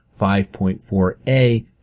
5.4a